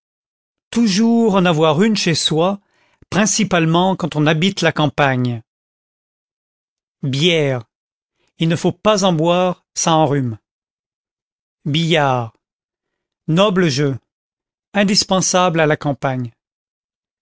toujours en avoir une chez soi principalement quand on habite la campagne bière il ne faut pas en boire ça enrhume billard noble jeu indispensable à la campagne